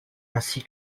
ainsi